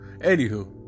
Anywho